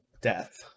death